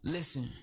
Listen